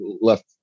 left